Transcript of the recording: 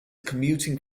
commuting